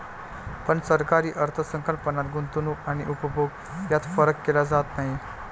पण सरकारी अर्थ संकल्पात गुंतवणूक आणि उपभोग यात फरक केला जात नाही